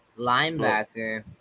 Linebacker